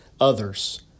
others